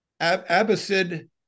Abbasid